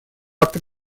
акты